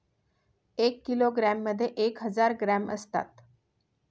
एक किलोग्रॅममध्ये एक हजार ग्रॅम असतात